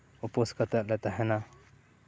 ᱩᱯᱟᱹᱥ ᱠᱟᱛᱮᱫ ᱞᱮ ᱛᱟᱦᱮᱱᱟ